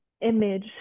image